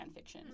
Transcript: fanfiction